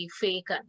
fake